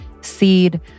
Seed